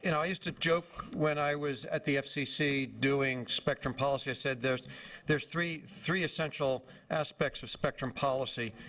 and i used to joke when i was at the fcc doing spectrum policy, i said there's there's three three essential aspects of spectrum policy.